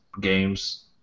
games